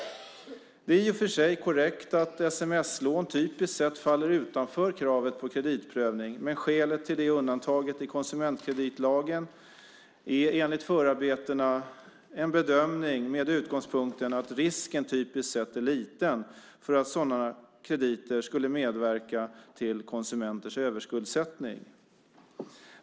Det är förvisso korrekt att sms-lån typiskt sett faller utanför kravet på kreditprövning, men skälet till det undantaget i konsumentkreditlagen är enligt förarbetena en bedömning med utgångspunkten att risken normalt är liten för att sådana krediter skulle medverka till konsumenters överskuldsättning.